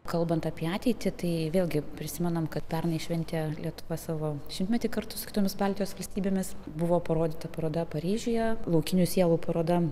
kalbant apie ateitį tai vėlgi prisimenam kad pernai šventė lietuva savo šimtmetį kartu su kitomis baltijos valstybėmis buvo parodyta paroda paryžiuje laukinių sielų paroda